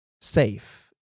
safe